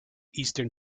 eastern